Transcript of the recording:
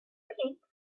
rink